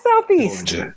Southeast